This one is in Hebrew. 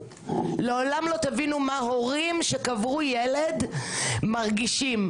לעולם לא תבינו מה הורים שקברו ילד מרגישים.